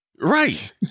Right